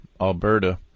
Alberta